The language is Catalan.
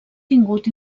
tingut